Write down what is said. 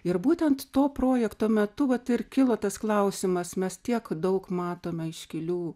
ir būtent to projekto metu vat ir kilo tas klausimas mes tiek daug matome iškilių